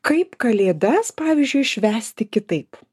kaip kalėdas pavyzdžiui švęsti kitaip